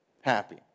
happy